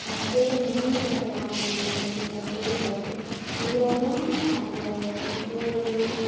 பேருந்து நான்கு சக்கர வாகனங்கள் ஒரு வரிசையிலேயும் வருது இவ்வளோதான் அந்த இப்போ ஒரு